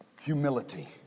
Humility